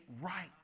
right